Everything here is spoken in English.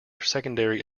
secondary